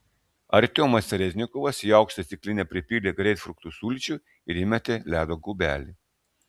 artiomas reznikovas į aukštą stiklinę pripylė greipfrutų sulčių ir įmetė ledo kubelį